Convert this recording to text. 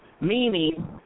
meaning